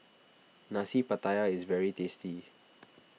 Nasi Pattaya is very tasty